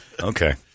Okay